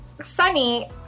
Sunny